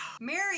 Mary